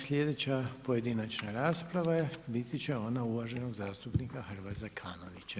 Sljedeća pojedinačna rasprava biti će ona uvaženog zastupnika Hrvoja Zekanovića.